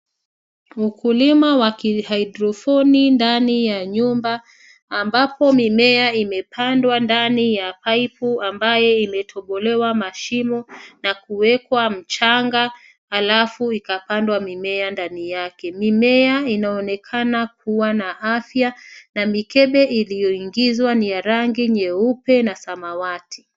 Ukulima wa kihaidrofoni ndani ya nyumba ambapo momea imepandwa ndani ya paipu ambayo imetobolewa mashimo na kuwekwa mchanga halafu ikapandwa mimea ndani yake. Mimea inaonekana kuwa na afya na mikebe iliyoingizwa ni ya rangi nyeupe na samawati.